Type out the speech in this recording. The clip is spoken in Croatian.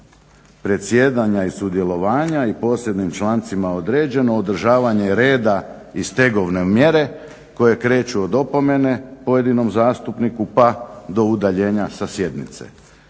predsjedanja i sudjelovanja i posebnim člancima određeno, održavanje reda i stegovne mjere koje kreću od opomene pojedinom zastupniku pa do udaljenja sa sjednice.